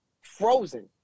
frozen